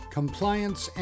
compliance